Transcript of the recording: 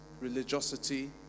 religiosity